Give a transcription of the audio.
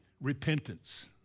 repentance